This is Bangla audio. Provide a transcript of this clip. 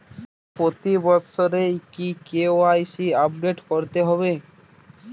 প্রতি বছরই কি কে.ওয়াই.সি আপডেট করতে হবে?